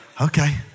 Okay